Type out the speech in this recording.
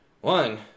One